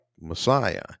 Messiah